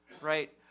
right